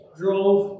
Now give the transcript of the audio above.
drove